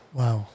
wow